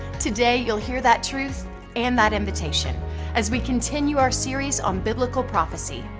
today, you'll hear that truth and that invitation as we continue our series on biblical prophecy,